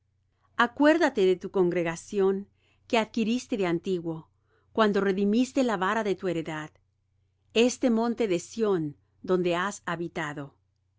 acuérdate de tu congregación que adquiriste de antiguo cuando redimiste la vara de tu heredad este monte de sión donde has habitado